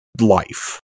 life